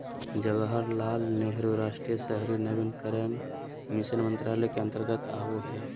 जवाहरलाल नेहरू राष्ट्रीय शहरी नवीनीकरण मिशन मंत्रालय के अंतर्गत आवो हय